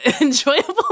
enjoyable